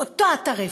באותה הטרפת,